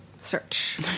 Search